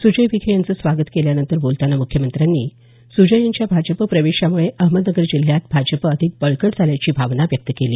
सुजय विखे यांचं स्वागत केल्यानंतर बोलताना मुख्यमंत्र्यांनी सुजय यांच्या भाजप प्रवेशामुळे अहमदनगर जिल्ह्यात भाजप अधिक बळकट झाल्याची भावना व्यक्त केली